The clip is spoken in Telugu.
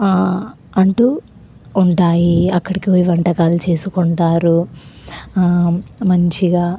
అంటు ఉంటాయి అక్కడకి పోయి వంటకాలు చేసుకుంటారు మంచిగా